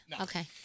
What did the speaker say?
Okay